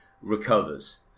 recovers